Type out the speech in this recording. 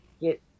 get